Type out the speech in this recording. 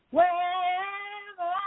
Wherever